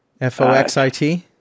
F-O-X-I-T